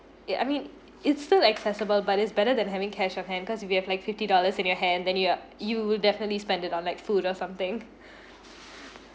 ya I mean it's still accessible but it's better than having cash on hand cause if you have like fifty dollars in your hand then you you will definitely spend it on like food or something